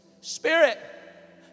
Spirit